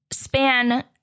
span